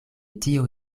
tio